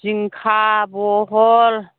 जिंखा बहल